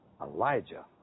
Elijah